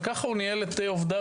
וכך הוא ניהל את עובדיו.